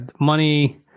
Money